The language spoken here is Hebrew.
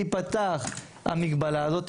המגבלה הזאת,